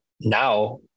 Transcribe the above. now